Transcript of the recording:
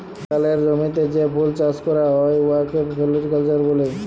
বাগালের জমিতে যে ফুল চাষ ক্যরা হ্যয় উয়াকে ফোলোরিকাল্চার ব্যলে